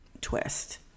twist